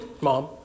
Mom